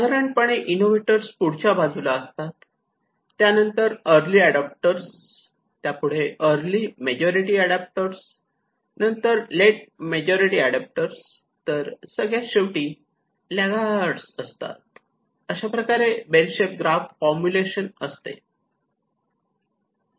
साधारणपणे इनोव्हेटर्स पुढच्या बाजूला असतात त्यानंतर अर्ली एडाप्टर त्यापुढे अर्ली मेजॉरिटी नंतर लेट मेजॉरिटी तर सगळ्यात शेवटी लागार्ड्स असतात अशाप्रकारे बेल शेप ग्राफ फॉर्मुलेशन असते